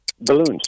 Balloons